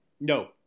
No